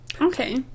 Okay